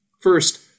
First